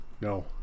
No